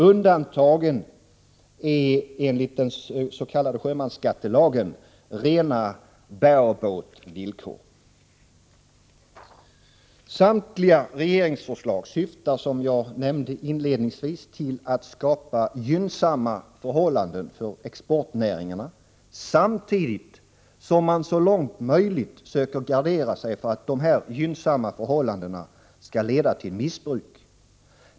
Undantagna är enligt sjömansskattelagen de rena s.k. bare-boat-villkoren. Samtliga regeringsförslag syftar, som jag nämnde inledningsvis, till att skapa gynnsamma förhållanden för exportnäringarna, samtidigt som man så långt möjligt söker gardera sig för att dessa gynnsamma förhållanden leder till missbruk.